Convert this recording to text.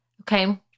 Okay